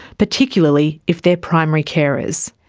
particularly if they're primary carers.